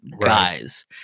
guys